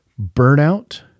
burnout